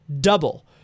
double